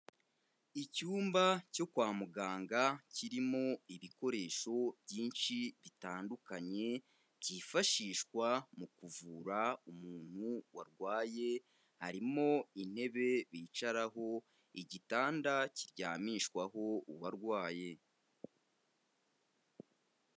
Icyumba cyo kwa muganga kirimo ibikoresho byinshi bitandukanye byifashishwa mu kuvura umuntu warwaye, harimo intebe bicaraho, igitanda kiryamishwaho uwarwaye.